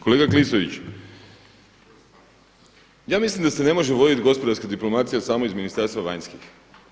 Kolega Klisoviću, ja mislim da se ne može voditi gospodarska diplomacija samo iz Ministarstva vanjskih poslova.